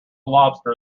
lobster